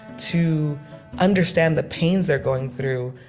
to understand the pains they're going through,